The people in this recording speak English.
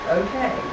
okay